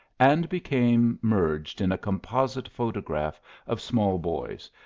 and became merged in a composite photograph of small boys,